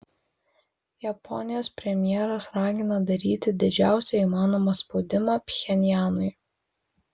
japonijos premjeras ragina daryti didžiausią įmanomą spaudimą pchenjanui